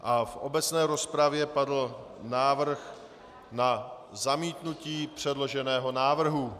V obecné rozpravě padl návrh na zamítnutí předloženého návrhu.